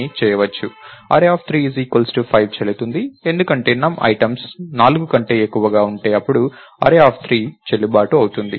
array3 5 చెల్లుతుంది ఎందుకంటే num items 4 కంటే ఎక్కువగా ఉంటే అప్పుడు array3 చెల్లుబాటు అవుతుంది